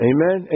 Amen